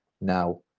Now